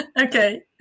Okay